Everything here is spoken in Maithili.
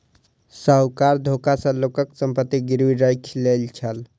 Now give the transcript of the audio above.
साहूकार धोखा सॅ लोकक संपत्ति गिरवी राइख लय छल